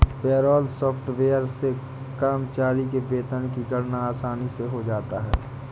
payroll software से कर्मचारी के वेतन की गणना आसानी से हो जाता है